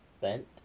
Bent